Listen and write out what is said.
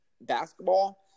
basketball